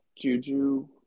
Juju